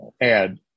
add